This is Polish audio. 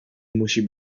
musi